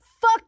Fuck